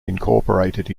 incorporated